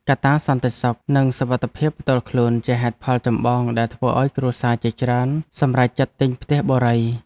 កត្តាសន្តិសុខនិងសុវត្ថិភាពផ្ទាល់ខ្លួនជាហេតុផលចម្បងដែលធ្វើឱ្យគ្រួសារជាច្រើនសម្រេចចិត្តទិញផ្ទះបុរី។